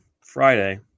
Friday